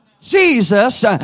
Jesus